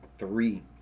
Three